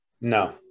No